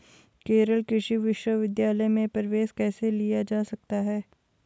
केरल कृषि विश्वविद्यालय में प्रवेश कैसे लिया जा सकता है?